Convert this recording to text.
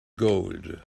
gold